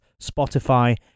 Spotify